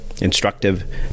instructive